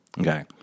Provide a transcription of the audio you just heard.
Okay